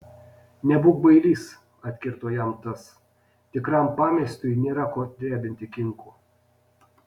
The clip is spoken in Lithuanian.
nebūk bailys atkirto jam tas tikram pameistriui nėra ko drebinti kinkų